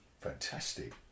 fantastic